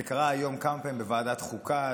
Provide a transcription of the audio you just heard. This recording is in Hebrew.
זה קרה היום כמה פעמים בוועדת חוקה,